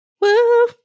Woo